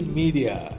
media